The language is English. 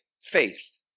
faith